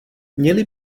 měli